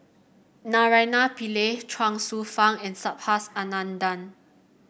Naraina Pillai Chuang Hsueh Fang and Subhas Anandan